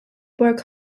work